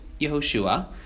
Yehoshua